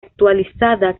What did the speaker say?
actualizada